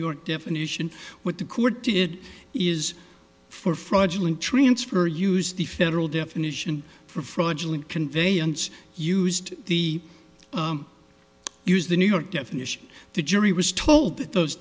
york definition what the court did is for fraudulent transfer or use the federal definition for fraudulent conveyance used the use the new york definition the jury was told th